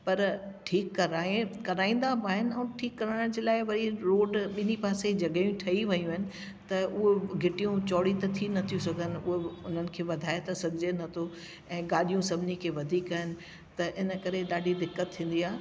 पर ठीकु कराइ कराईंदा बि आहिनि ऐं ठीकु कराइण जे लाए ॿई रोड ॿिनि हिन पासे जॻहियूं ठही वियूं आहिनि त उहो गिटियूं चौड़ियूं त थी न थियूं सघनि उहे बि उननि खे वधाइ त सघिजे नथो ऐं गाॾियूं सभिनी खे वधीक आहिनि त इन करे ॾाढी दिकत थींदी आहे